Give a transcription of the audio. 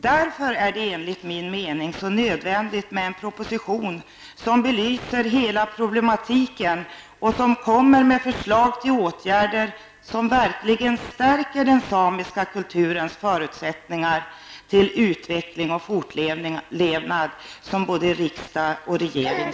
Därför är det enligt min mening nödvändigt med en proposition, som belyser hela problematiken och som kommer med förslag till åtgärder som verkligen stärker den samiska kulturens förutsättningar till utveckling och fortlevnad. Detta säger ju både riksdagen och regeringen.